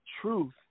Truth